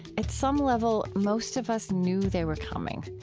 at some level, most of us knew they were coming.